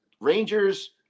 Rangers